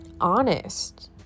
honest